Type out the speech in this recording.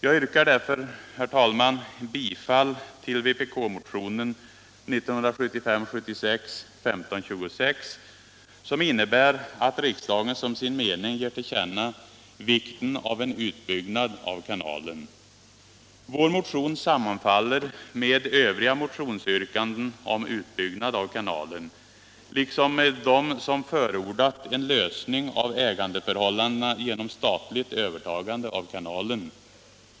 Jag yrkar därför bifall till vpk-motionen 1975/76:1526 som innebär att riksdagen som sin mening ger till känna vikten av en utbyggnad av kanalen. Vår motion sammanfaller med övriga motionsyrkanden om utbyggnad av kanalen, liksom med dem som förordat en lösning av ägandeförhållandena genom statligt övertagande av kanalen.